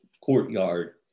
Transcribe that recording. courtyard